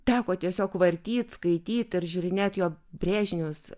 teko tiesiog vartyt skaityt ir žiūrinėt jo brėžinius